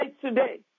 today